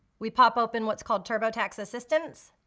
we pop open what's called turbotax assistance,